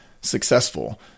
successful